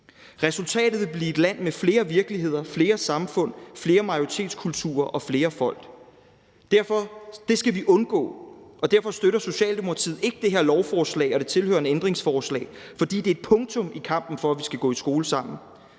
Resultatet vil blive et land med flere virkeligheder, flere samfund, flere majoritetskulturer og flere folk. Det skal vi undgå, og derfor støtter Socialdemokratiet ikke det her lovforslag og det tilhørende ændringsforslag, fordi det er et punktum i kampen for, at vi skal gå i skole sammen;